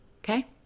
Okay